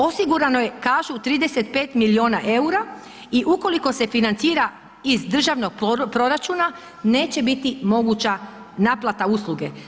Osigurano je kažu 35 milijuna eura i ukoliko se financira iz državnog proračuna neće biti moguća naplata usluge.